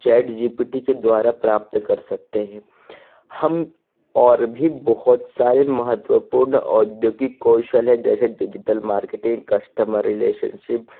chat G P T के द्वारा प्राप्त कर सकते है हम और भी बहुत सारे महत्वपूर्ण औद्योगिक कौशल है जैसे डिजिटल मार्केटिंग कस्टमर रीलेशनशिप